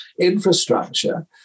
infrastructure